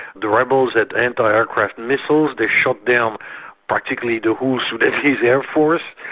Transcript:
the rebels had anti-aircraft missiles, they shot down particularly the whole sudanese air force,